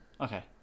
Okay